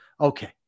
Okay